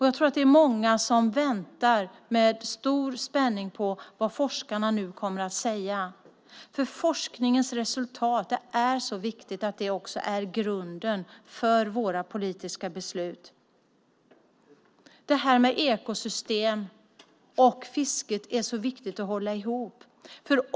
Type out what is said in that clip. Jag tror att många väntar med stor spänning på vad forskarna kommer att säga. Det är viktigt att forskningens resultat är grunden för våra politiska beslut. Ekosystem och fisket är viktigt att hålla ihop.